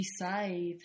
decide